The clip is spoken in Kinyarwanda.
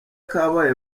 kabaye